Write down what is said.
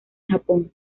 japón